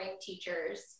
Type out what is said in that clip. teachers